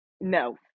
no